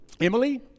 Emily